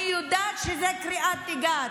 אני יודעת שזה קריאת תיגר,